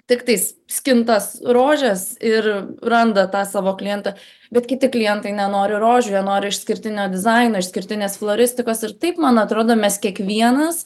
tiktais skintas rožes ir randa tą savo klientą bet kiti klientai nenori rožių jie nori išskirtinio dizaino išskirtinės floristikos ir taip man atrodo mes kiekvienas